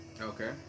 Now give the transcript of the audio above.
Okay